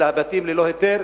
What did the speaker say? אלא הבתים ללא היתר,